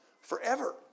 forever